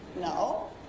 No